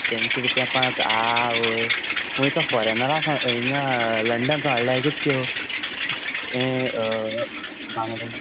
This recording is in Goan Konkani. दोनशी रुपया पांच आवय खुंयसा फॉरॅनरा साव हिंगां लंडन साव हाळ्ळ्या कित् त्यो यें भांगरा